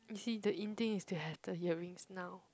see the in thing is to have the earrings now